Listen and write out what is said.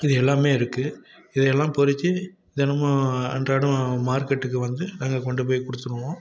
இது எல்லாமே இருக்குது இது எல்லாம் பறித்து தினமும் அன்றாடம் மார்க்கெட்டுக்கு வந்து நாங்கள் கொண்டு போய் கொடுத்துருவோம்